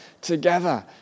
together